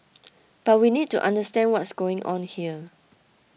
but we need to understand what's going on here